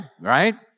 right